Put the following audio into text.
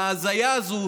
ההזיה הזאת,